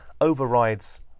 overrides